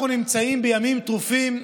אנחנו נמצאים בימים טרופים,